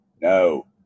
No